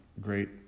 great